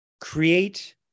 create